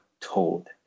told